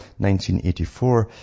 1984